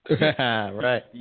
Right